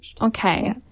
okay